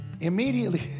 Immediately